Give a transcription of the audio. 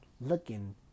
looking